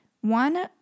One